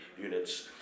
units